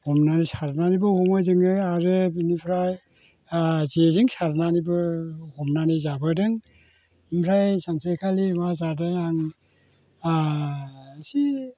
हमनानै सारनानैबो हमो जोङो आरो बिनिफ्राय जेजों सारनानैबो हमनानै जाबोदों ओमफ्राय सानसेखालि मा जादों आं इसे